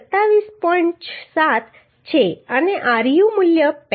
7 છે અને ru મૂલ્ય 35 છે અને rv મૂલ્ય 17